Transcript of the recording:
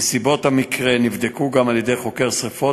נסיבות המקרה נבדקו גם על-ידי חוקר שרפות,